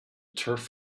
turf